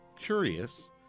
curious